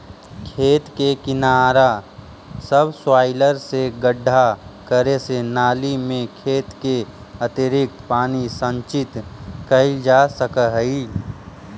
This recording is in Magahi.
खेत के किनारा सबसॉइलर से गड्ढा करे से नालि में खेत के अतिरिक्त पानी संचित कइल जा सकऽ हई